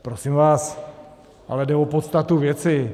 Prosím vás, ale jde o podstatu věci.